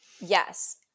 Yes